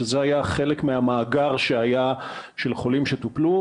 שזה היה חלק מהמאגר שהיה של חולים שטופלו,